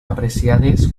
apreciades